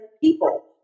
people